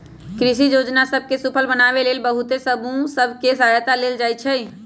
कृषि जोजना सभ के सूफल बनाबे लेल बहुते समूह सभ के सहायता लेल जाइ छइ